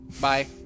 Bye